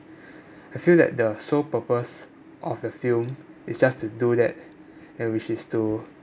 I feel that the sole purpose of a film is just to do that and which is to